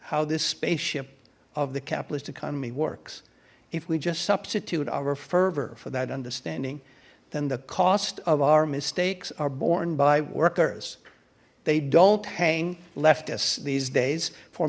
how this spaceship of the capitalist economy works if we just substitute our fervor for that understanding then the cost of our mistakes are borne by workers they don't hang leftists these days for